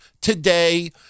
today